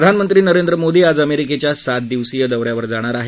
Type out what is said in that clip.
प्रधानमंत्री नरेंद्र मोदी आज अमेरिकेच्या सात दिवसीय दौऱ्यावर जाणार आहेत